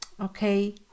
Okay